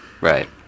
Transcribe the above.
Right